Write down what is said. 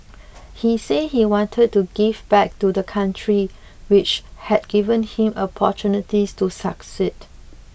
he said he wanted to give back to the country which had given him opportunities to succeed